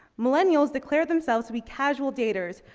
millennials declare themselves to be casual daters,